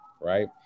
right